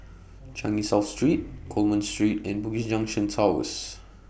Changi South Street Coleman Street and Bugis Junction Towers